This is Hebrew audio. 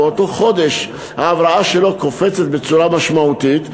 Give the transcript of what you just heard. באותו חודש המשכורת שלו קופצת בצורה משמעותית,